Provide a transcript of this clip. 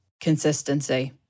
Consistency